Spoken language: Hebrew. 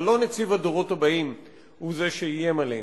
אבל לא נציב הדורות הבאים הוא זה שאיים עליהם.